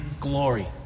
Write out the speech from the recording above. glory